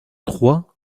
trois